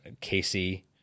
Casey